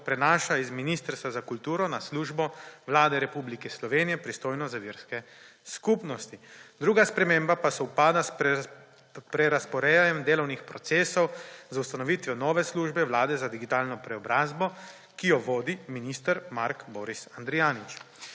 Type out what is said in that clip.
prenaša iz Ministrstva za kulturo na službo Vlade Republike Slovenije, pristojno za verske skupnosti. Druga sprememba pa sovpada s prerazporejanjem delovnih procesov, z ustanovitvijo nove Službe Vlade za digitalno preobrazbo, ki jo vodi minister Mark Boris Andrijanič.